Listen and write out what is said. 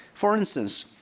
for instance,